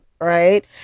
right